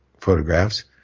photographs